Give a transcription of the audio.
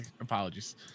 apologies